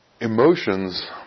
Emotions